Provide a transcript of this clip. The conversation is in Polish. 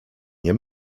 nie